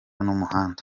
n’umuhanda